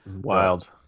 Wild